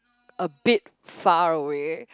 a bit far away